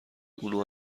اون